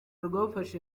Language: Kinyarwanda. rwafashe